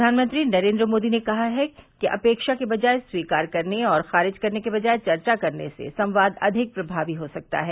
प्रघानमंत्री नरेन्द्र मोदी ने कहा है कि अपेक्षा की बजाय स्वीकार करने और खारिज करने की बजाय चर्चा करने से संवाद अविक प्रमावी हो सकता है